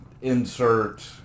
insert